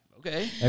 Okay